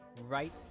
right